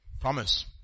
Promise